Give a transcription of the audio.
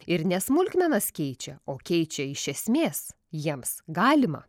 ir nes smulkmenas keičia o keičia iš esmės jiems galima